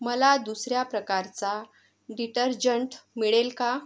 मला दुसऱ्या प्रकारचा डिटर्जंट मिळेल का